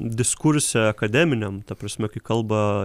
diskurse akademiniam ta prasme kai kalba